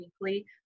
weekly